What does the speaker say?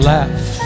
Laugh